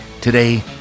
today